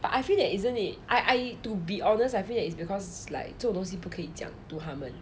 but I feel that isn't it I I to be honest I feel that it's because like 这种东西不可以讲 to 他们